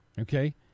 Okay